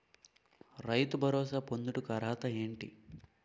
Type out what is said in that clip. రైతు భరోసా పొందుటకు అర్హత ఏంటి?